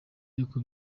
y’uko